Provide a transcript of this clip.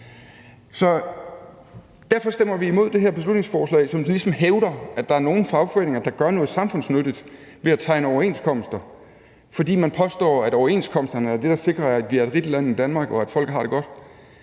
Derfor stemmer vi imod det her beslutningsforslag, som ligesom hævder, at der er nogle fagforeninger, der gør noget samfundsnyttigt ved at tegne overenskomster, fordi man påstår, at overenskomsterne er det, der sikrer, at Danmark er et rigt land, og at folk har det godt.